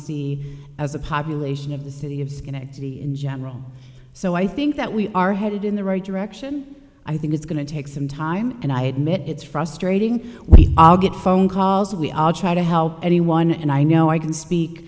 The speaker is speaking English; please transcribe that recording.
see as a population of the city of schenectady in general so i think that we are headed in the right direction i think it's going to take some time and i admit it's frustrating we all get phone calls we all try to help anyone and i know i can speak